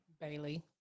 Bailey